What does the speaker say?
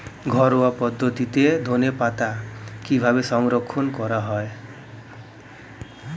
ঘরোয়া পদ্ধতিতে ধনেপাতা কিভাবে সংরক্ষণ করা হয়?